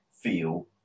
feel